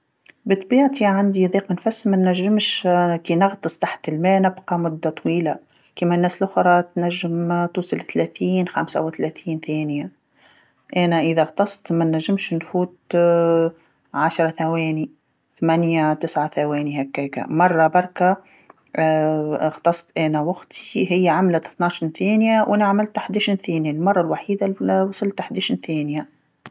بطبيعتي عندي ضيق في النفس ما نجمش كي نغطس تحت الما نبقى مده طويله، كيما الناس لخرا تنجم توصل تلاثين خمسه وتلاثين ثانيه، أنا إذا غطست ما نجمش نفوت عشره ثواني، ثمانيه تسعه ثواني هكاكا، مره برك غطست انا وأختي هي عملت ثناعش الثانيه وأنا عملت حداعش الثانيه، المره الوحيده اللي وصلت لحداعش الثانيه.